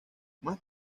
más